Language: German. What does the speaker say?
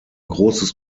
großes